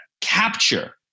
capture